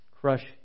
crush